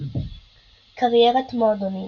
קריירת מועדונים